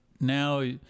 now